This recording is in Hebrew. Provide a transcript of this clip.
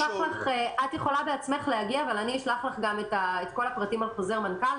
את יכולה בעצמך להגיע אבל אני אשלח לך את כל הפרטים על חוזר מנכ"ל,